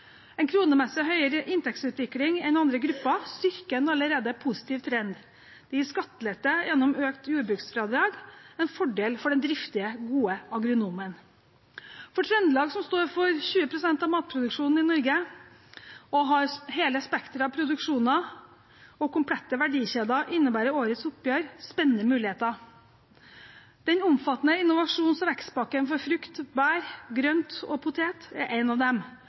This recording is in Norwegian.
En kronemessig høyere inntektsutvikling enn andre grupper styrker en allerede positiv trend. Det gis skattelette gjennom økt jordbruksfradrag – en fordel for den driftige, gode agronomen For Trøndelag, som står for 20 pst. av matproduksjonen i Norge og har hele spekteret av produksjoner og komplette verdikjeder, innebærer årets oppgjør spennende muligheter. Den omfattende innovasjons- og vekstpakken for frukt, bær, grønt og potet er en av dem.